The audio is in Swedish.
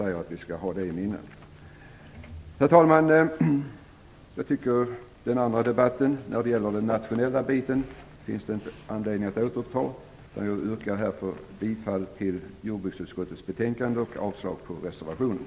Jag tycker inte att det finns någon anledning att återuppta debatten om den nationella aspekten. Jag yrkar därför bifall till jordbruksutskottets hemställan och avslag på reservationen.